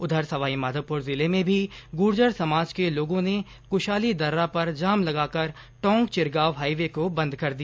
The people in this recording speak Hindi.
उधर सवाई माधोपुर जिले में भी गुर्जर समाज के लोगों ने कुशाली दर्रा पर जाम लगाकर टोंक चिरगांव हाईवे को बंद कर दिया